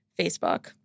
Facebook